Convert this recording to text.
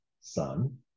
son